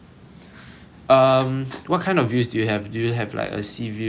um what kind of views do you have do you have like a sea view city view